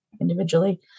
Individually